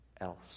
else